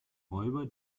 räuber